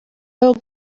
wowe